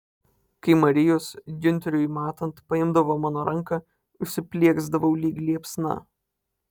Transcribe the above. kai marijus giunteriui matant paimdavo mano ranką užsiplieksdavau lyg liepsna